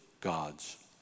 God's